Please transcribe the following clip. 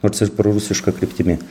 nors ir prorusiška kryptimi